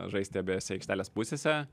žaisti abejose aikštelės pusėse